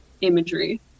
imagery